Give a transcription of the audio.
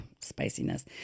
spiciness